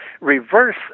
reverse